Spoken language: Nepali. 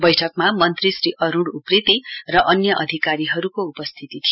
वैठकमा मन्त्री श्री अरुण उप्रेती र अन्य अधिकारीहरुको उपस्थिती थियो